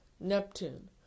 Neptune